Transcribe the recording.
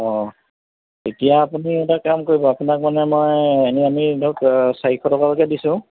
অঁ তেতিয়া আপুনি এটা কাম কৰিব আপোনাক মানে মই এনে আমি ধৰক চাৰিশ টকাকৈ দিছোঁ